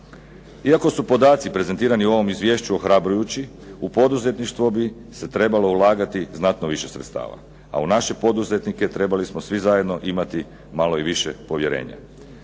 Iako su podaci prezentirani u ovom Izvješću ohrabrujući u poduzetništvo bi se trebalo ulagati znatno više sredstava a u naše poduzetnike trebali bismo svi zajedno imati malo i više povjerenja.